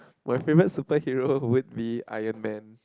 my favourite superhero would be Iron-man